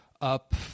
Up